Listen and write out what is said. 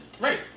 Right